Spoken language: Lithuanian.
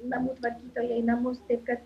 namų tvarkytoją į namus taip kad